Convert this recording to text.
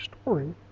story